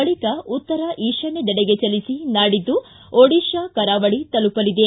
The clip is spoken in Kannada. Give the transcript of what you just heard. ಬಳಿಕ ಉತ್ತರ ಈಶಾನ್ಯದೆಡೆಗೆ ಚಲಿಸಿ ನಾಡಿದ್ದು ಒಡಿತಾ ಕರಾವಳಿ ತಲುಪಲಿದೆ